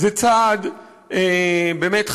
זה צעד באמת חריף,